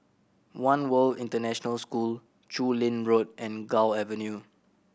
One World International School Chu Lin Road and Gul Avenue